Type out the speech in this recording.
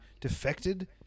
defected